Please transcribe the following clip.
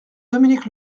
dominique